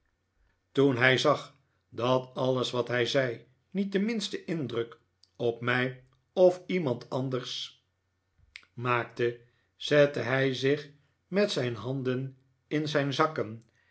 toen hij zag dat alles wat hij zei niet den minsten indruk op mij of iemand anders maakte zette hij zich met zijn handen in zijn zakken